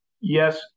yes